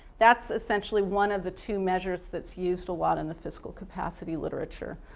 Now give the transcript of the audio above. that's essentially one of the two measures that's used a lot in the fiscal capacity literature.